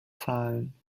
zahlen